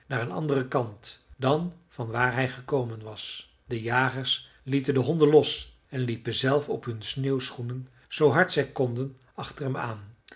naar een anderen kant dan van waar hij gekomen was de jagers lieten de honden los en liepen zelf op hun sneeuwschoenen zoo hard zij konden achter hem aan